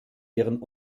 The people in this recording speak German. ihren